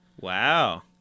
Wow